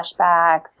flashbacks